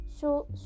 show